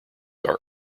are